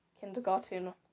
kindergarten